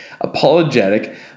apologetic